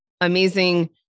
amazing